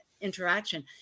interaction